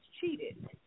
cheated